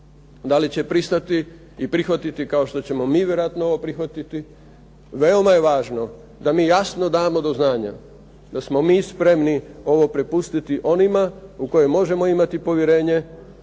Da li će pristati i prihvatiti kao što ćemo mi vjerojatno ovo prihvatiti? Veoma je važno da mi jasno damo do znanja, da smo mi spremni ovo prepustiti onima u koje možemo imati povjerenje,